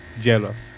jealous